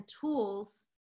tools